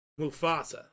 Mufasa